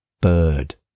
bird